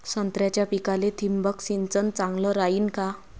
संत्र्याच्या पिकाले थिंबक सिंचन चांगलं रायीन का?